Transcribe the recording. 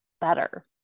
better